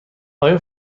آیا